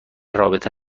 رابطه